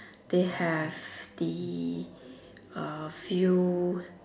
they have the uh field